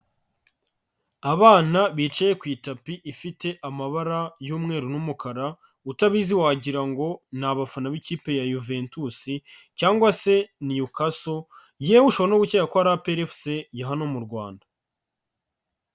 Abana bicaye ku itapi ifite amabara y'umweru n'umukara, utabizi wagira ngo ni abafana b'ikipe ya Juventus cyangwa se New Casso yewe ushobora no gukeka ko ari APR FC ya hano mu Rwanda.